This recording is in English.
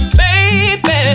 baby